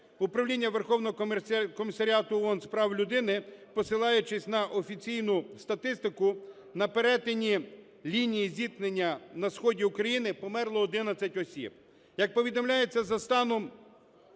Управління Верховного комісаріату ООН з прав людини, посилаючись на офіційну статистику, на перетині лінії зіткнення на сході України померло 11 осіб, як повідомляється, за станом